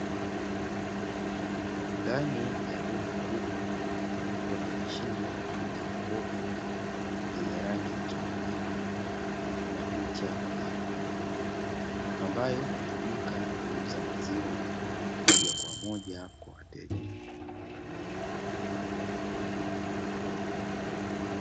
Ndani ya duka kubwa kuna mashine ama jokofu yenye rangi mchanganyiko na picha ya ng'ombe, ambayo hutumika kuuza maziwa moja kwa moja kwa wateja.